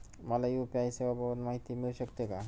मला यू.पी.आय सेवांबाबत माहिती मिळू शकते का?